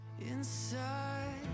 inside